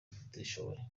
batishoboye